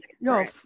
No